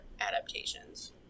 adaptations